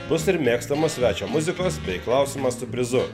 bus ir mėgstamo svečio muzikos bei klausimas su prizu